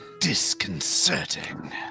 Disconcerting